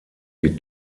die